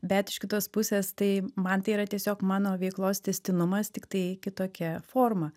bet iš kitos pusės tai man tai yra tiesiog mano veiklos tęstinumas tiktai kitokia forma